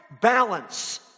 balance